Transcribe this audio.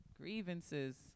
Grievances